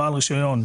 ""בעל רישיון",